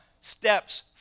steps